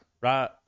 right